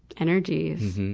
energies.